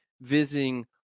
visiting